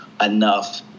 enough